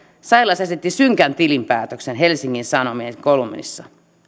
sailas esitti synkän tilinpäätöksen helsingin sanomien kolumnissa